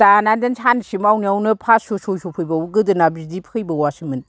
दाना देन सानसे मावनायावनो फासश' सयश' फैबावो गोदोना बिदि फैबावासोमोन